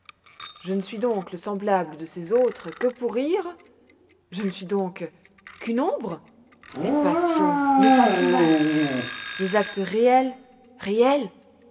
je ne suis donc le semblable de ces autres que pour rire je ne suis donc qu'une ombre les passions les sentiments les actes réels réels